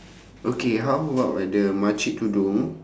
okay how about the makcik tudung